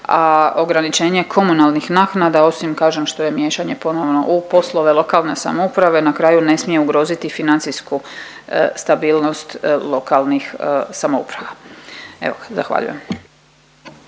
a ograničenje komunalnih naknada osim kažem što je miješanje ponovno u poslove lokalne samouprave na kraju ne smije ugroziti financijsku stabilnost lokalnih samouprava. Evo, zahvaljujem.